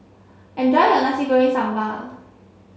enjoy your Nasi Goreng Sambal